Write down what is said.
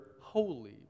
holy